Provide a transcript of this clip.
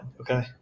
Okay